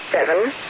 Seven